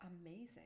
amazing